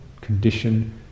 condition